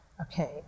okay